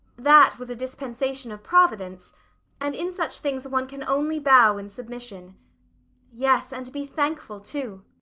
that was a dispensation of providence and in such things one can only bow in submission yes, and be thankful, too.